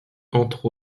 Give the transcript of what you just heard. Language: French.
entre